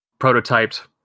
prototyped